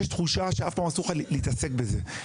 יש תחושה שאף פעם אסור לך להתעסק בזה,